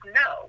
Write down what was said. no